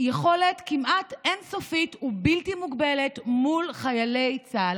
יכולת כמעט אין-סופית ובלתי מוגבלת מול חיילי צה"ל.